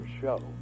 show